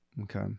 Okay